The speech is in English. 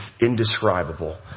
indescribable